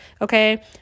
okay